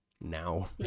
now